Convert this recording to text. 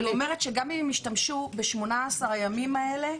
אני אומרת שגם אם הם ישתמשו ב-18 הימים האלה,